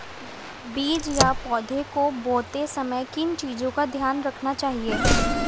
बीज या पौधे को बोते समय किन चीज़ों का ध्यान रखना चाहिए?